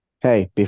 Hey